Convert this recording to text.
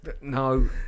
No